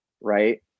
right